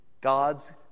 God's